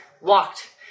walked